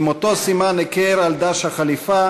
עם אותו סימן היכר על דש החליפה,